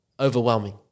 Overwhelming